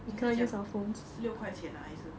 你是讲六块钱啊还是